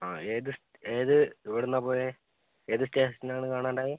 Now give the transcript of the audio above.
ആ ഏത് ഏത് ഇവിടെ നിന്നാണ് പോയത് ഏത് സ്റ്റേഷനിൽ നിന്നാണ് കാണാണ്ടായത്